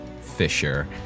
Fisher